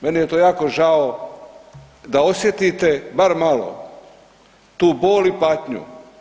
Meni je to jako žao da osjetite bar malo tu bol i patnju.